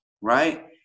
right